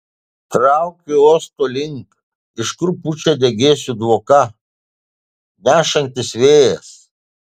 traukiu uosto link iš kur pučia degėsių dvoką nešantis vėjas